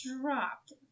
dropped